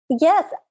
Yes